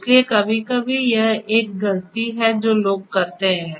इसलिए कभी कभी यह एक गलती है जो लोग करते हैं